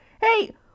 Hey